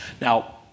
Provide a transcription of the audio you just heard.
Now